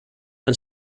and